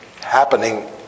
happening